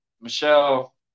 Michelle